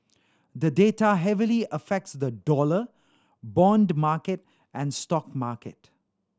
the data heavily affects the dollar bond market and stock market